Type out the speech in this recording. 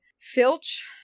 Filch